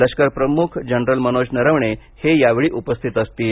लष्करप्रमुख जनरल मनोज नरवणे हे यावेळी उपस्थित असतील